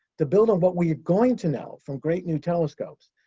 to build on what we are going to know from great new telescopes,